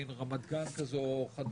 מן רמת גן חדשה.